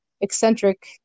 eccentric